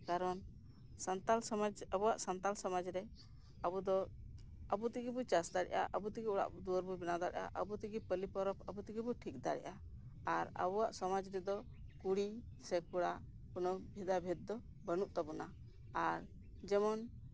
ᱠᱟᱨᱚᱱ ᱥᱟᱱᱛᱟᱲ ᱥᱚᱢᱟᱡᱽ ᱟᱵᱚᱣᱟᱜ ᱥᱟᱱᱛᱟᱲ ᱥᱚᱢᱟᱡᱽ ᱨᱮ ᱟᱵᱚ ᱫᱚ ᱟᱵᱚ ᱛᱮᱜᱮ ᱵᱚ ᱪᱟᱥ ᱫᱟᱲᱮᱭᱟᱜᱼᱟ ᱟᱵᱚ ᱛᱮᱜᱮ ᱚᱲᱟᱜ ᱫᱩᱣᱟᱹᱨ ᱵᱚ ᱵᱮᱱᱟᱣ ᱫᱟᱲᱮᱭᱟᱜᱼᱟ ᱟᱵᱚ ᱛᱮᱜᱮ ᱯᱟᱞᱤ ᱯᱚᱨᱚᱵᱽ ᱟᱵᱚ ᱛᱮᱜᱮ ᱵᱚ ᱴᱷᱤᱠ ᱫᱟᱲᱮᱭᱟᱜᱼᱟ ᱟᱨ ᱟᱵᱚᱣᱟᱜ ᱥᱚᱢᱟᱡᱽ ᱨᱮᱫᱚ ᱠᱩᱲᱤ ᱥᱮ ᱠᱚᱲᱟ ᱠᱚᱱᱚ ᱵᱷᱮᱫᱟ ᱵᱷᱮᱫᱽ ᱫᱚ ᱵᱟᱱᱩᱜ ᱛᱟᱵᱚᱱᱟ ᱟᱨ ᱡᱮᱢᱚᱱ